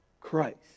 Christ